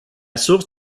source